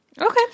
Okay